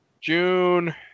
June